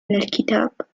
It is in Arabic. الكتاب